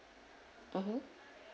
mmhmm